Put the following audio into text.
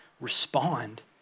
respond